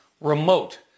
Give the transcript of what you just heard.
remote